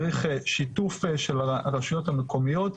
צריך שיתוף של הרשויות המקומיות,